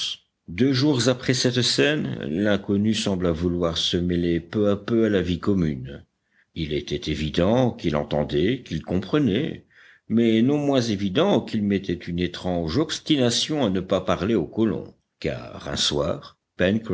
deux jours après cette scène l'inconnu sembla vouloir se mêler peu à peu à la vie commune il était évident qu'il entendait qu'il comprenait mais non moins évident qu'il mettait une étrange obstination à ne pas parler aux colons car un soir